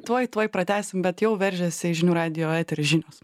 tuoj tuoj pratęsim bet jau veržiasi į žinių radijo eterį žinios